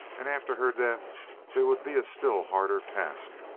and after her death there would be a still harder task.